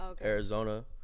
Arizona